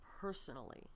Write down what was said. personally